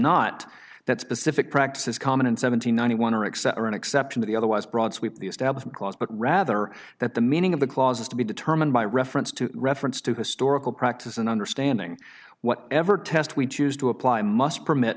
not that specific practices common in seven hundred ninety one or except for an exception to the otherwise broad sweep the establishment clause but rather that the meaning of the clause is to be determined by reference to reference to historical practice and understanding whatever test we choose to apply must permit